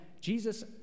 Jesus